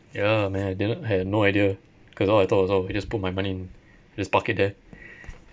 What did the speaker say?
ya man I did not I had no idea because all I thought was I just put my money in just park it there